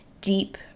deep